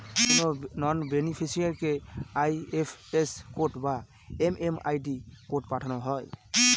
কোনো নন বেনিফিসিরইকে IFS code বা এম.এম.আই.ডি কোড পাঠানো হয়